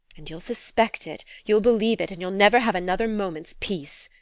and you'll suspect it, you'll believe it, and you'll never have another moment's peace.